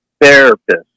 therapist